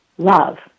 love